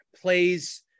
plays